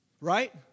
Right